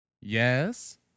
Yes